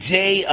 day